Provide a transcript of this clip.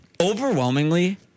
overwhelmingly